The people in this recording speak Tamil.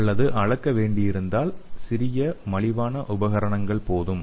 அல்லது அளக்க வேண்டியிருந்தால் சிறிய மலிவான உபகரணங்கள் போதும்